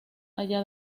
allá